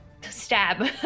Stab